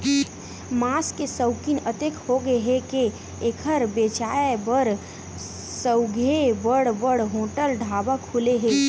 मांस के सउकिन अतेक होगे हे के एखर बेचाए बर सउघे बड़ बड़ होटल, ढाबा खुले हे